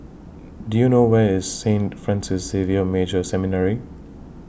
Do YOU know Where IS Saint Francis Xavier Major Seminary